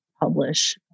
publish